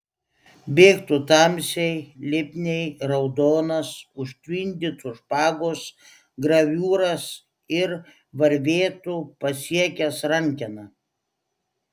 bėgtų tamsiai lipniai raudonas užtvindytų špagos graviūras ir varvėtų pasiekęs rankeną